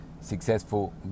successful